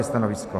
Stanovisko?